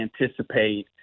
anticipate